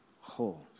whole